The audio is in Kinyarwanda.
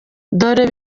dore